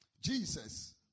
Jesus